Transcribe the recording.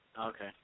Okay